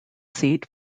seat